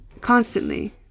Constantly